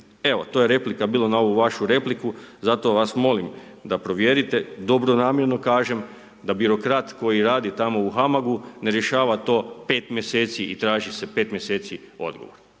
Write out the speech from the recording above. Evo to je replika bilo na ovu vašu repliku, zato vas molim da provjerite, dobronamjerno kažem, da birokrat koji radi tamo u HAMAG-u ne rješava to pet mjeseci i traži se pet mjeseci odgovor.